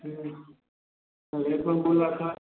हुँ